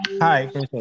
Hi